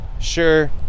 sure